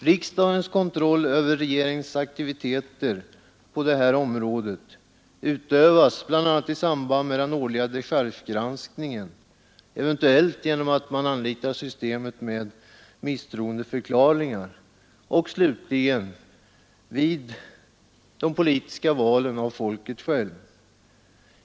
Riksdagens kontroll över regeringens aktiviteter på detta område utövas bl.a. i samband med den årliga dechargegranskningen, eventuellt genom att man tillämpar systemet med misstroendeförklaringar, och slutligen vid de politiska valen av folket självt.